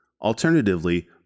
Alternatively